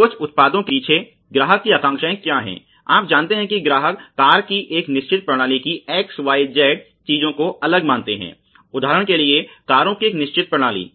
कुछ उत्पादो के पीछे ग्राहक की आकांक्षाएं क्या हैं आप जानते हैं कि ग्राहक कार की की एक निश्चित प्रणाली की x y z चीजों को अलग मानते हैं उदाहरण के लिए कारों की एक निश्चित प्रणाली